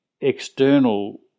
external